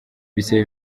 bisaba